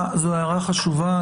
זו הערה חשובה.